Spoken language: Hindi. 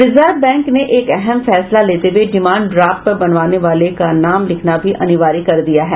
रिजर्व बैंक ने एक अहम फैसला लेते हुए डिमांड ड्राफ्ट पर बनवाने वाले का नाम लिखना भी अनिवार्य कर दिया है